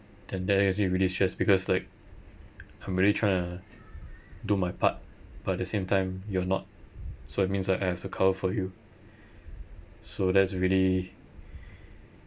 and then you feel really stress because like I'm already trying to do my part but at the same time you're not so it means that I have to cover for you so that's really